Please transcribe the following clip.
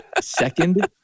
Second